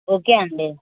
okay అండి